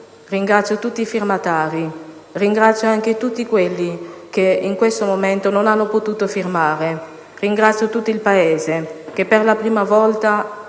Ringrazio tutti i firmatari, ringrazio anche quelli che in questo momento non hanno potuto firmare. Ringrazio tutto il Paese: per la prima volta